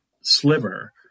Sliver